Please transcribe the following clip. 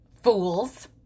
fools